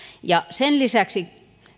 ja sen lisäksi